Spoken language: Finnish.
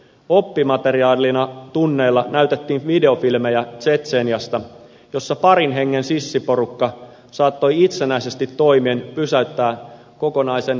oppimateriaalina tunneilla näytettiin videofilmejä tsetseniasta jossa parin hengen sissiporukka saattoi itsenäisesti toimien pysäyttää kokonaisen viholliskomppanian